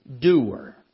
doer